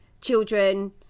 children